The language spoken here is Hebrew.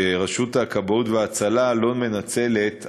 שרשות הכבאות וההצלה לא מנצלת,